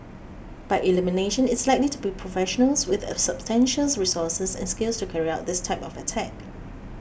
by elimination it's likely to be professionals with substantial resources and skills to carry out this type of attack